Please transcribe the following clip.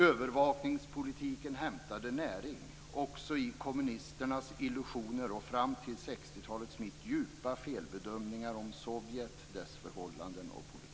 Övervakningspolitiken hämtade näring också i kommunisternas illusioner och fram till 1960-talets mitt i djupa felbedömningar om Sovjet, dess förhållanden och politik.